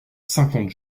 cinquante